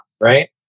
right